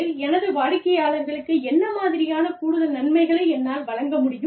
எனது வாடிக்கையாளர்களுக்கு என்ன மாதிரியான கூடுதல் நன்மைகளை என்னால் வழங்க முடியும்